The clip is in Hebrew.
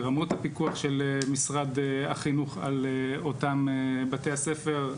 לרמות הפיקוח של משרד החינוך על אותם בתי הספר.